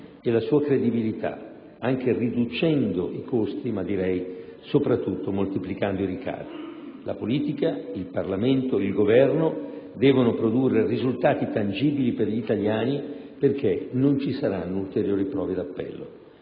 e la sua credibilità, anche riducendo i costi, ma direi soprattutto moltiplicando i ricavi. La politica, il Parlamento, il Governo devono produrre risultati tangibili per gli italiani, perché non ci saranno ulteriori prove d'appello.